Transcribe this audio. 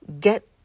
get